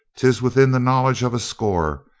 tis within the knowledge of a score.